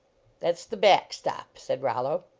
that s the back-stop, said rollo.